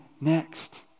next